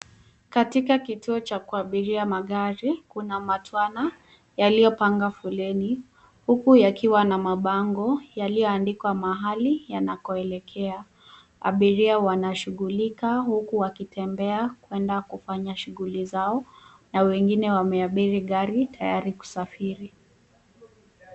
Katika kituo cha kuabiria magari kuna matwana yaliyopanga foleni huku yakiwa na mabango yalioandikwa mahali yanakoelekea ,abiria wanashughulika huku wakitembea kwenda kufanya shughuli zao na wengine wameabiri gari tayari kusafiri.